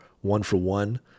one-for-one